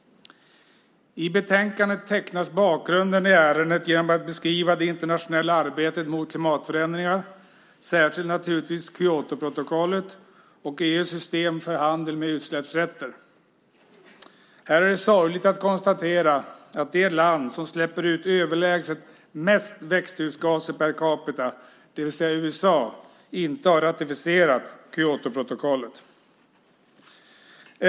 I betänkandet tecknas bakgrunden i ärendet genom att man beskriver det internationella arbetet mot klimatförändringar. Det handlar naturligtvis särskilt om Kyotoprotokollet och EU:s system för handel med utsläppsrätter. Här är det sorgligt att konstatera att det land som släpper ut överlägset mest växthusgaser per capita, det vill säga USA, inte har ratificerat Kyotoprotokollet.